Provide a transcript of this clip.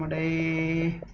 a